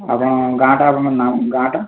ଆପଣଙ୍କ ଗାଁଟା ଆପଣଙ୍କ ନା ଗାଁଟା